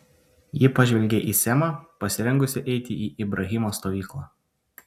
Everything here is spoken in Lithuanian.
ji pažvelgė į semą pasirengusį eiti į ibrahimo stovyklą